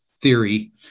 theory